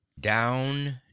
down